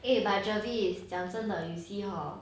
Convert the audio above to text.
eh but javis 讲真的 you see hor